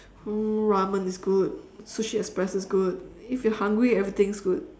oh ramen is good sushi express is good if you're hungry everything is good